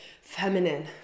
feminine